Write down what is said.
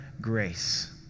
grace